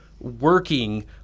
working